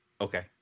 Okay